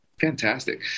Fantastic